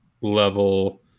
level